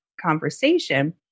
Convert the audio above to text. conversation